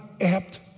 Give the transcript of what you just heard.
apt